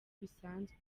bisanzwe